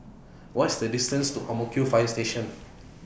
What IS The distance to Ang Mo Kio Fire Station